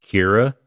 Kira